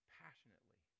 passionately